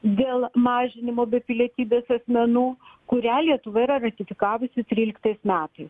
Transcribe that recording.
dėl mažinimo be pilietybės asmenų kurią lietuva yra ratifikavusi tryliktais metais